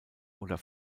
oder